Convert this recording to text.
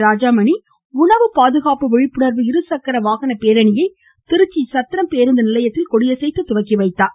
ராஜாமணி உணவு பாதுகாப்பு விழிப்புணர்வு இருசக்கர வாகன பேரணியை திருச்சி சத்திரம்பேருந்து நிலையத்தில் கொடியசைத்து துவக்கி வைத்தார்